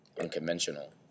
unconventional